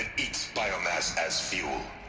eats biomass as fuel